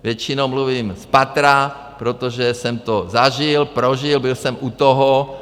Většinou mluvím spatra, protože jsem to zažil, prožil, byl jsem u toho.